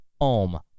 om